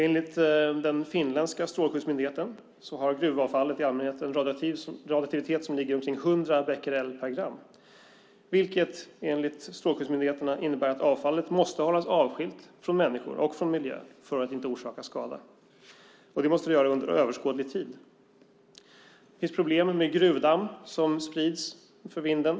Enligt den finländska strålskyddsmyndigheten har gruvavfallet i allmänhet en radioaktivitet som ligger på omkring 100 becquerel per gram, vilket enligt strålskyddsmyndigheten innebär att avfallet måste hållas avskilt från människor och miljö för att inte orsaka skada, och det måste ske under överskådlig tid. Det finns problem med gruvdamm som sprids för vinden.